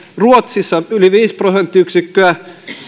ruotsissa yli viisi prosenttiyksikköä